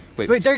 wait, wait,